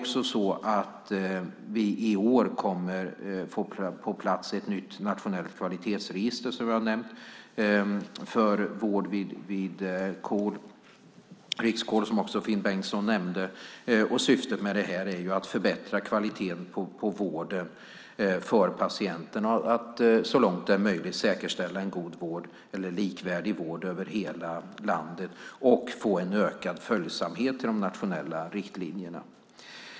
I år får vi på plats, som nämnts, ett nytt nationellt kvalitetsregister för vård vid KOL - Riks-KOL, som också Finn Bengtsson nämnde. Syftet med detta är att förbättra kvaliteten på patientvården och att så långt som möjligt säkerställa en god eller likvärdig vård över hela landet och att få en ökad följsamhet när det gäller de nationella riktlinjerna.